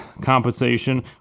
compensation